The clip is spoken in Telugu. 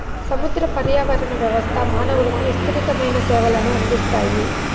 సముద్ర పర్యావరణ వ్యవస్థ మానవులకు విసృతమైన సేవలను అందిస్తాయి